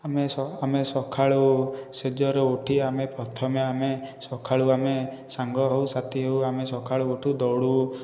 ଆମେ ଆମେ ସକାଳୁ ଶେଯରୁ ଉଠି ଆମେ ପ୍ରଥମେ ଆମେ ସକାଳୁ ଆମେ ସାଙ୍ଗ ହେଉ ସାଥି ହେଉ ଆମେ ସକାଳୁ ଉଠୁ ଦୌଡ଼ୁ